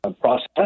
process